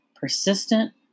persistent